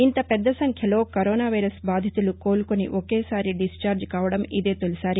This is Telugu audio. ఇంత పెద్ద సంఖ్యలో కరోనా వైరస్ బాధితులు కోలుకుని ఒకేసారి డిశ్చార్జ్ కావడం ఇదే తొలిసారి